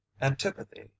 antipathy